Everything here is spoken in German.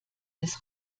des